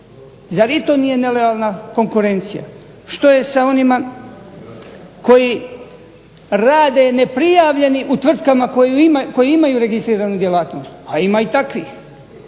Zar i to nije nelojalna konkurencija? Što je sa onima koji rade neprijavljeni u tvrtkama koji imaju registriranu djelatnost? A ima i takvih.